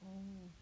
oh